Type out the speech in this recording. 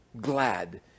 glad